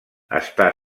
està